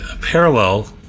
parallel